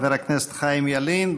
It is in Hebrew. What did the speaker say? חבר הכנסת חיים ילין,